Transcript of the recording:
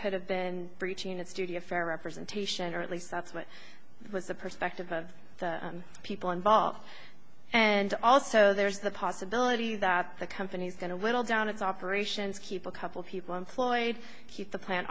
could have been breaching that studio a fair representation or at least that's what was the perspective of the people involved and also there's the possibility that the company's going to whittle down its operations keep a couple of people employed keep the plant